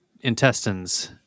intestines